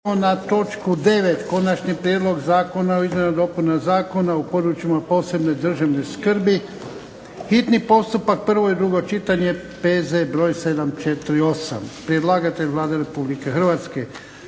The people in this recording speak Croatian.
na točku 9. - Konačni prijedlog zakona o izmjenama i dopunama Zakona o područjima posebne državne skrbi, hitni postupak, prvo i drugo čitanje, P.Z. br. 748. Predlagatelj Vlada Republike Hrvatske.